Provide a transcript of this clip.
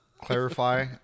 clarify